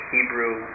Hebrew